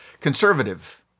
conservative